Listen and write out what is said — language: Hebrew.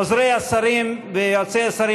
עוזרי השרים ויועצי השרים,